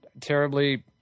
terribly